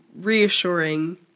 reassuring